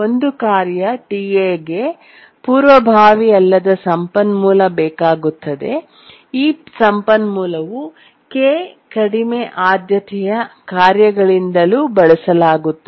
ಒಂದು ಕಾರ್ಯ Ta ಗೆ ಪೂರ್ವಭಾವಿ ಅಲ್ಲದ ಸಂಪನ್ಮೂಲ ಬೇಕಾಗುತ್ತದೆ ಈ ಸಂಪನ್ಮೂಲವು k ಕಡಿಮೆ ಆದ್ಯತೆಯ ಕಾರ್ಯಗಳಿಂದಲೂ ಬಳಸಲಾಗುತ್ತದೆ